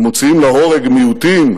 ומוציאים להורג מיעוטים,